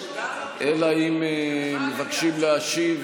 אלא אם מבקשים להשיב.